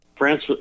France